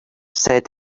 said